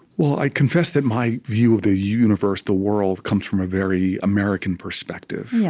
well, i confess that my view of the universe, the world, comes from a very american perspective. yeah